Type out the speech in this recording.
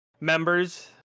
members